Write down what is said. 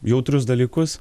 jautrius dalykus